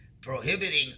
prohibiting